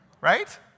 Right